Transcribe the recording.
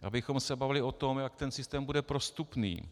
Abychom se bavili o tom, jak ten systém bude prostupný.